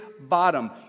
bottom